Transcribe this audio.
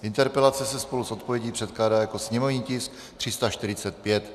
Interpelace se spolu s odpovědí předkládá jako sněmovní tisk 345.